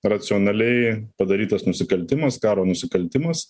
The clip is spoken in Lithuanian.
racionaliai padarytas nusikaltimas karo nusikaltimas